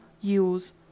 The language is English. use